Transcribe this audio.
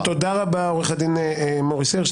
תודה רבה, עורך הדין מוריס הירש.